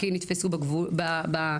כי נתפסו בנתב"ג,